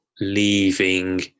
leaving